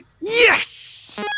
Yes